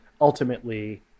ultimately